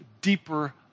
deeper